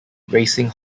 racing